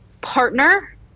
partner